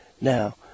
now